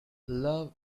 love